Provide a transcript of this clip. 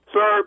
Sir